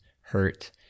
hurt